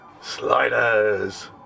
Sliders